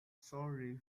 sorry